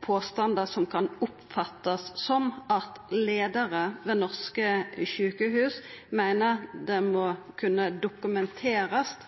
påstandar som kan oppfattast som at leiarar ved norske sjukehus meiner det må kunna dokumenterast